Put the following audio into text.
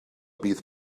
bydd